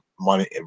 money